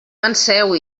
penseu